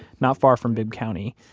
not far from bibb county.